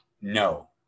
No